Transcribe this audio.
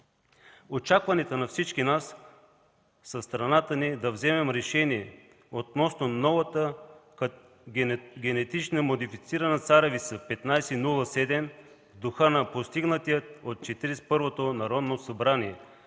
Очакванията на всички нас са страната ни да вземе решение относно новата генетично модифицирана царевица ТС1507 в духа на постигнатия от Четиридесет